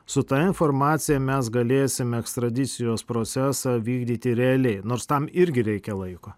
su ta informacija mes galėsim ekstradicijos procesą vykdyti realiai nors tam irgi reikia laiko